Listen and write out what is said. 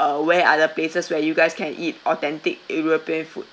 uh where are the places where you guys can eat authentic european food